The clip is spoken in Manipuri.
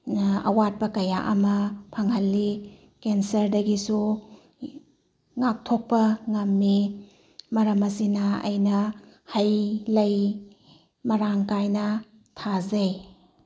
ꯑꯋꯥꯠꯄ ꯀꯌꯥ ꯑꯃ ꯐꯪꯍꯜꯂꯤ ꯀꯦꯟꯁ꯭ꯔꯗꯒꯤꯁꯨ ꯉꯥꯛꯊꯣꯛꯄ ꯉꯝꯃꯤ ꯃꯔꯃ ꯑꯁꯤꯅ ꯑꯩꯅ ꯍꯩ ꯂꯩ ꯃꯔꯥꯡ ꯀꯥꯏꯅ ꯊꯖꯩ